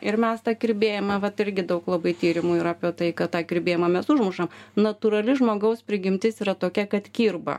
ir mes tą kirbėjimą vat irgi daug labai tyrimų yra apie tai kad tą kirbėjimą mes užmušam natūrali žmogaus prigimtis yra tokia kad kirba